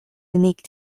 unique